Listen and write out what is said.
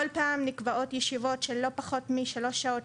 כל פעם נקבעות ישיבות של לא פחות משלוש שעות,